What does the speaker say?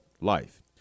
life